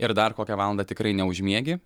ir dar kokią valandą tikrai neužmiegi